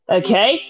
okay